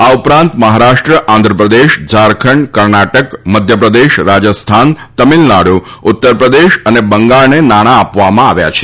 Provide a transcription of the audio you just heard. આ ઉપરાંત મહારાષ્ટ્ર આંધ્રપ્રદેશ ઝારખંડ કર્ણાટક મધ્યપ્રદેશ રાજસ્થાન તમિલનાડુ ઉત્તરપ્રદેશ અને બંગાળને નાણાં આપવામાં આવ્યા છે